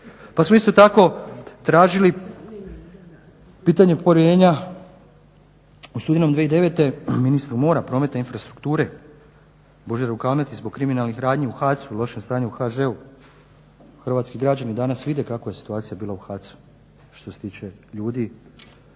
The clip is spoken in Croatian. Pa smo isto tako tražili pitanje povjerenja u studenom 2009. ministru mora, prometa i infrastrukture Božidaru Kalmeti zbog kriminalnih radnji u HAC-u, lošem stanju u HŽ-u. Hrvatski građani danas vide kakva je situacija bila u HAC-u što se tiče ljudi